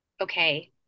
okay